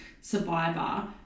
survivor